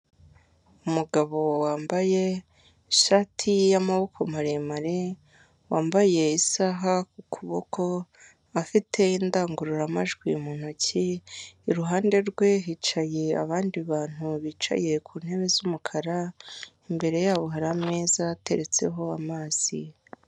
Umugabo wambaye ishati y'amaboko maremare, wambaye isaha ku kuboko, afite indangururamajwi mu ntoki, iruhande rwe hicaye abandi bantu bicaye ku ntebe z'umukara, imbere y'abo hari ameza ateretseho amazi.